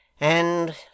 And